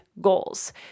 Goals